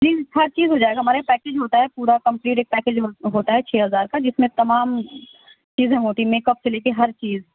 جی ہر چیز ہو جائے گا ہمارے پیکج ہوتا ہے پورا کمپلیٹ ایک پیکج ہوتا ہے چھ ہزار کا جس میں تمام چیزیں ہوتی ہیں میک اپ سے لے کر ہر چیز